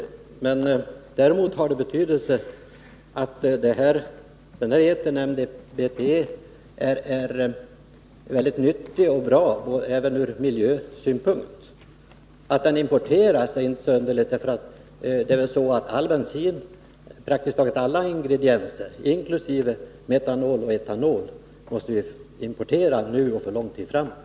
Däremot har det betydelse att etern MTBE är nyttig och bra även ur miljösynpunkt. Att den importeras är inte så underligt, för praktiskt taget alla ingredienser i bensin, inkl. metanol och etanol, måste ju importeras nu och för lång tid framåt.